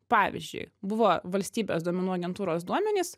pavyzdžiui buvo valstybės duomenų agentūros duomenys